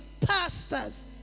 pastors